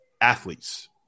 athletes